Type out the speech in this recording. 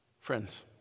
Friends